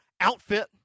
outfit